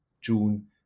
June